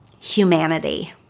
humanity